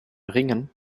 ringen